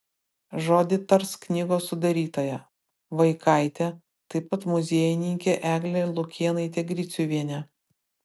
žodį tars knygos sudarytoja vaikaitė taip pat muziejininkė eglė lukėnaitė griciuvienė